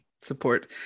support